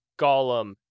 golem